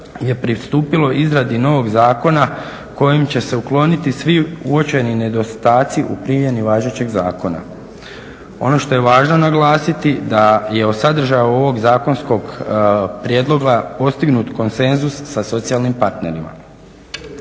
je pristupilo izradi novog zakona kojim će se ukloniti svi uočeni nedostaci u primjeni važećeg zakona. Ono što je važno naglasiti da je o sadržaju ovog zakonskog prijedloga postignut konsenzus sa socijalnim partnerima.